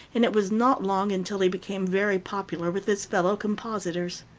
and it was not long until he became very popular with his fellow compositors.